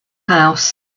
house